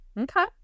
Okay